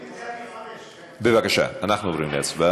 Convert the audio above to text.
ההצעה להעביר את הנושא לוועדת הפנים והגנת הסביבה